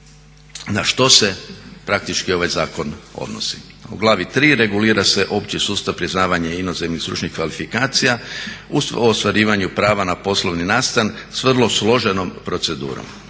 na što se praktički ovaj zakon odnosi. U glavi 3.regulira se opći sustav priznavanja inozemnih stručnih kvalifikacija u ostvarivanju prava na poslovni nastan s vrlo složenom procedurom.